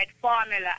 formula